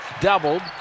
doubled